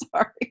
Sorry